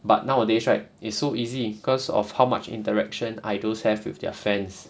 but nowadays right it's so easy because of how much interaction idols have with their fans